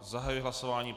Zahajuji hlasování.